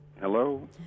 Hello